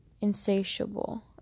Insatiable